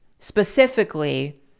Specifically